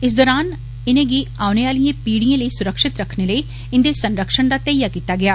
इस दौरान इनें गी औने आलिए पीढ़िए लेई सुरक्षित रखने लेई इन्दे संरक्षण दा धैइया कीता गेआ